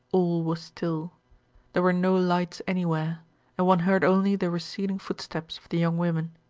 all was still there were no lights anywhere and one heard only the receding footsteps of the young women.